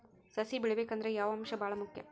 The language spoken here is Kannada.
ಸಸಿ ಬೆಳಿಬೇಕಂದ್ರ ಯಾವ ಅಂಶ ಭಾಳ ಮುಖ್ಯ?